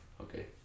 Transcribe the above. okay